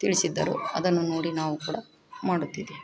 ತಿಳಿಸಿದ್ದರು ಅದನ್ನು ನೋಡಿ ನಾವು ಕೂಡ ಮಾಡುತ್ತಿದ್ದೇವೆ